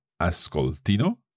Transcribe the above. ascoltino